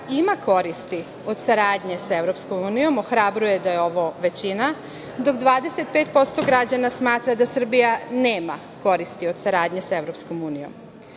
ima koristi od saradnje sa EU, ohrabruje da je ovo većina, dok 25% građana smatra da Srbija nema koristi od saradnje sa EU,